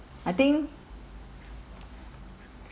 I think